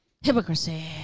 Hypocrisy